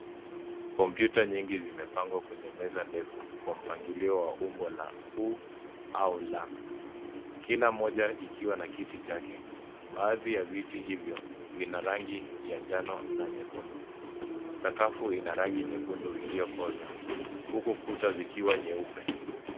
Kompyuta nyingi zimepangwa kwenye meza ndefu kwa mpangilio wa umbo la U au L. Kila moja ikiwa na kiti chake. Baadhi ya viti hivyo vina rangi ya njano na nyekundu. Sakafu ina rangi nyekundu iliyokoza huku kuta zikiwa nyeupe.